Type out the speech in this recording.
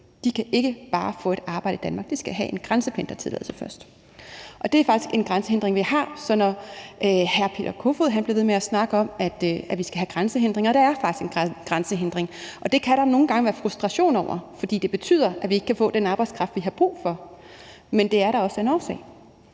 De kan ikke bare få et arbejde i Danmark. De skal have en grænsependlertilladelse først. Det er faktisk en grænsehindring, vi har. Så når hr. Peter Kofod bliver ved med at snakke om, at vi skal have grænsehindringer, vil jeg sige, at vi faktisk har en grænsehindring. Det kan der nogle gange være frustration over, fordi det betyder, at vi ikke få den arbejdskraft, vi har brug for. Men det er der også af en årsag.